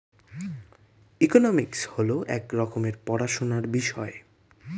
economics হল এক রকমের পড়াশোনার বিষয়